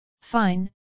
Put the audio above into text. Fine